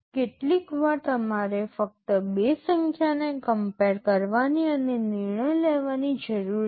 કેટલીકવાર તમારે ફક્ત બે સંખ્યાને કમ્પેર કરવાની અને નિર્ણય લેવાની જરૂર છે